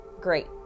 great